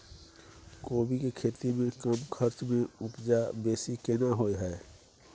कोबी के खेती में कम खर्च में उपजा बेसी केना होय है?